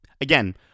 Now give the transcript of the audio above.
Again